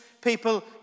people